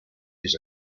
his